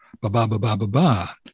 ba-ba-ba-ba-ba-ba